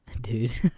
dude